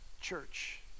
church